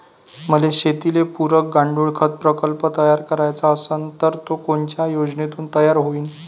मले शेतीले पुरक गांडूळखत प्रकल्प तयार करायचा असन तर तो कोनच्या योजनेतून तयार होईन?